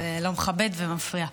זה לא מכבד ומפריע.